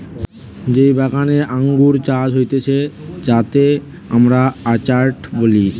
যেই বাগানে আঙ্গুর চাষ হতিছে যাতে আমরা অর্চার্ড বলি